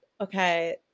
okay